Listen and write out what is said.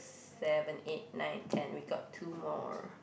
seven eight nine ten we got two more